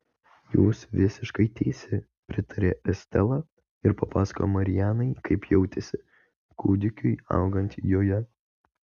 jūs visiškai teisi pritarė estela ir papasakojo marianai kaip jautėsi kūdikiui augant joje